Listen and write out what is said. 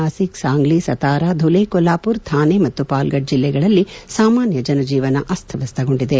ನಾಸಿಕ್ ಸಾಂಗ್ಲಿ ಸತಾರಾ ಧುಲೆ ಕೋಲ್ವಾಪೂರ್ ಥಾನೆ ಮತ್ತು ಪಾಲ್ ಗಢ್ ಜಿಲ್ಲೆಗಳಲ್ಲಿ ಸಾಮಾನ್ಯ ಜನಜೀವನ ಅಸ್ತವ್ಯಸ್ತಗೊಂಡಿದೆ